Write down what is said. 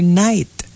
night